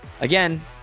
again